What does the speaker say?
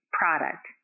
product